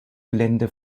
gelände